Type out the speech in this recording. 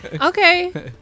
Okay